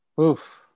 Oof